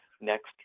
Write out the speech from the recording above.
next